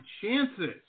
chances